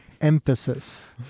emphasis